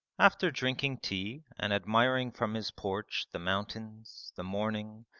after drinking tea and admiring from his porch the mountains, the morning,